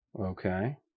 Okay